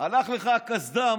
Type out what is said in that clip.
הלכה לך הקסדה.